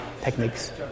techniques